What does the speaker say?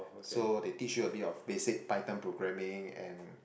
so they teach you a bit of basic Python programming and